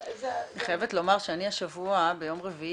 זה ה- -- אני חייבת לומר שאני השבוע ביום רביעי